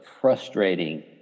frustrating